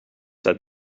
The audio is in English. said